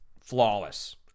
flawless